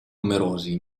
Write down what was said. numerosi